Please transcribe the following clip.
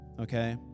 Okay